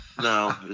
No